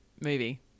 movie